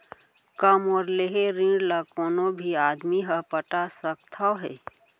का मोर लेहे ऋण ला कोनो भी आदमी ह पटा सकथव हे?